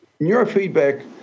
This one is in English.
neurofeedback